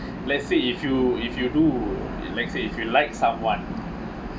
let's say if you if you do let's say if you like someone